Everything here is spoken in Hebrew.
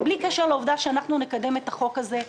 ובלי קשר לעובדה שאנחנו נקדם את הצעת החוק הזאת,